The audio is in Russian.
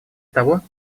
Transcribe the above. того